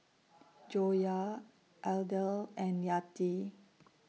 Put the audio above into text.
Joyah Aidil and Yati